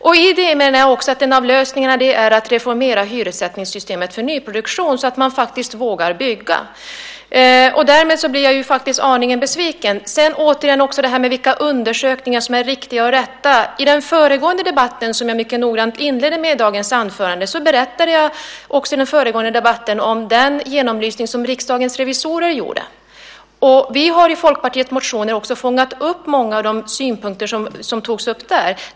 Med det menar jag också att en av lösningarna är att reformera hyressättningssystemet för nyproduktion så att man vågar bygga. Därmed blir jag faktiskt aningen besviken. Återigen till frågan om vilka undersökningar som är riktiga och rätta. I den föregående debatten berättade jag, som jag mycket noggrant inledde med i dagens anförande, om den genomlysning som Riksdagens revisorer gjorde. Vi har i Folkpartiet i motioner också fångat upp många av de synpunkter som togs upp där.